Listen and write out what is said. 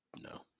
No